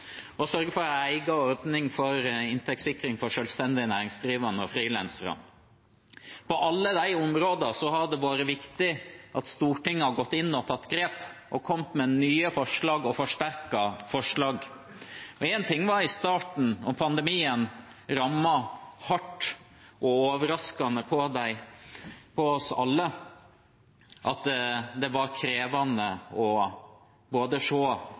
å sørge for en egen ordning for inntektssikring for selvstendig næringsdrivende og frilansere. På alle de områdene har det vært viktig at Stortinget har gått inn og tatt grep og kommet med nye forslag og forsterket forslag. Én ting var i starten, da pandemien rammet hardt, kom overraskende på oss alle og det var krevende å se både